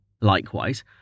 Likewise